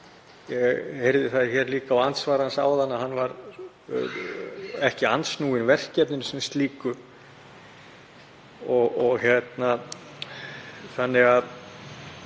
Ég heyrði það líka á andsvari hans áðan að hann var ekki andsnúinn verkefninu sem slíku.